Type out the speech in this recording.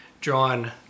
drawn